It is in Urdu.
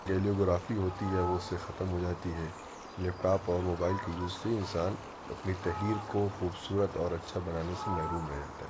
کیلیگرافی ہوتی ہے وہ اس سے ختم ہو جاتی ہے لیپ ٹاپ اور موبائل کے یوز سے انسان اپنی تحریر کو خوبصورت اور اچھا بنانے سے محروم رہ جاتا ہے